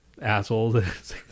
assholes